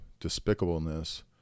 despicableness